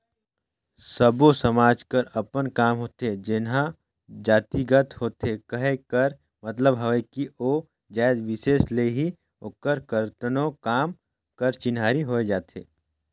सब्बो समाज कर अपन काम होथे जेनहा जातिगत होथे कहे कर मतलब हवे कि ओ जाएत बिसेस ले ही ओकर करतनो काम कर चिन्हारी होए जाथे